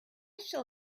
shall